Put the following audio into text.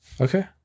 Okay